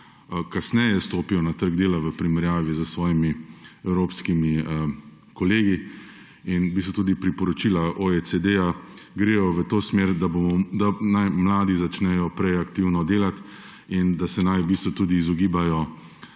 kasneje stopijo na trg dela v primerjavi s svojimi evropskimi kolegi. In tudi priporočila OECD gredo v to smer, da naj mladi začnejo prej aktivno delati in da se naj tudi izogibajo